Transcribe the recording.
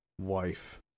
wife